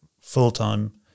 full-time